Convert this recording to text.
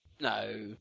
No